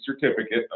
certificate